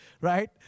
right